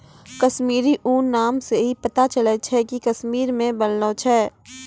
कश्मीरी ऊन नाम से ही पता चलै छै कि कश्मीर मे बनलो छै